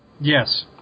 Yes